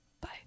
Bye